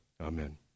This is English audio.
Amen